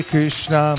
Krishna